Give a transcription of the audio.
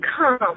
come